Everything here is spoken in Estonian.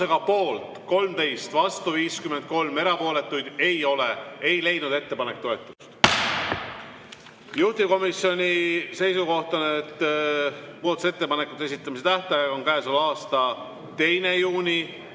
Tulemusega poolt 13, vastu 53, erapooletuid ei ole, ei leidnud ettepanek toetust. Juhtivkomisjoni seisukoht on, et muudatusettepanekute esitamise tähtaeg on käesoleva aasta 2. juuni